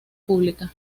pública